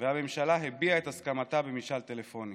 והממשלה הביעה את הסכמתה במשאל טלפוני.